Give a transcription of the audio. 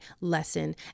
lesson